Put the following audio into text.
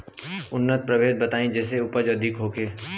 उन्नत प्रभेद बताई जेसे उपज अधिक होखे?